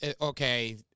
okay